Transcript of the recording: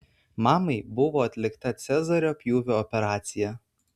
mamai buvo atlikta cezario pjūvio operacija